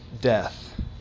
death